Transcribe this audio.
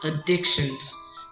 addictions